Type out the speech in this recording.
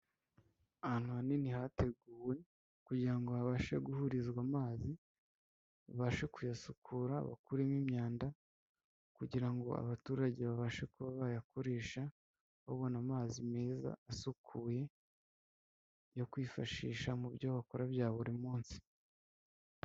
Ahantu hanini hateguwe kugira habashe guhurizwa amazi babashe kuyasukura bakuremo imyanda, kugira ngo abaturage babashe kuba bayakoresha babona amazi meza asukuye yo kwifashisha mu byo bakora bya buri munsi.